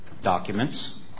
documents